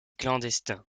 clandestin